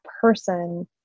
person